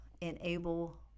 enable